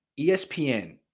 espn